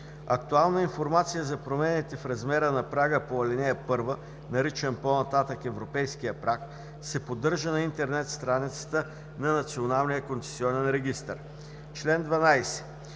Актуална информация за промените в размера на прага по ал. 1, наричан по-нататък „европейския праг“ се поддържа на интернет страницата на Националния концесионен регистър.“